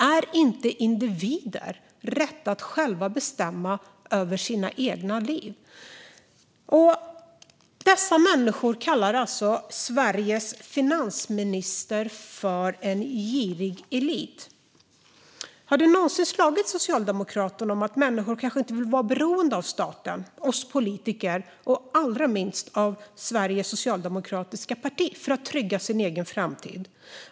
Har inte individer rätt att bestämma över sina egna liv? Dessa människor kallar alltså Sveriges finansminister för en girig elit. Har det någonsin slagit Socialdemokraterna att människor kanske inte vill vara beroende av staten, oss politiker eller allra minst av Sveriges socialdemokratiska arbetareparti för att trygga sin egen framtid?